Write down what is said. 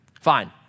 fine